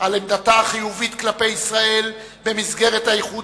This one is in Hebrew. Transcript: על עמדתה החיובית כלפי ישראל במסגרת האיחוד